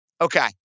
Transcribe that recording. Okay